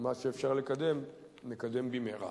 ומה שאפשר לקדם נקדם במהרה.